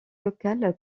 locale